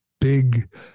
big